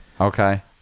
Okay